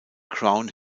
crown